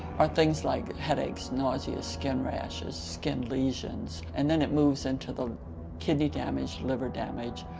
are things like headaches, nausea, skin rashes, skin lesions. and then it moves into the kidney damage, liver damage,